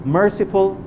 merciful